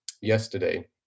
yesterday